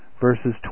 verses